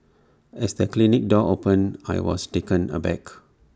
as the clinic door opened I was taken aback